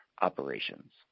Operations